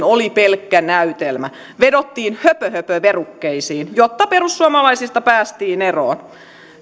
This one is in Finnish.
oli pelkkä näytelmä vedottiin höpöhöpöverukkeisiin jotta perussuomalaisista päästiin eroon